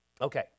Okay